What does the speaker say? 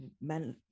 men